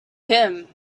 him